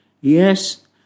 Yes